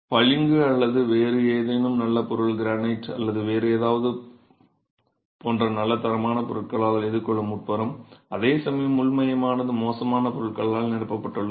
பளிங்கு அல்லது வேறு ஏதேனும் நல்ல பொருள் கிரானைட் அல்லது வேறு ஏதாவது போன்ற நல்ல தரமான பொருட்களால் எதிர்கொள்ளும் உட்புறம் அதேசமயம் உள் மையமானது மோசமான பொருட்களால் நிரப்பப்பட்டுள்ளது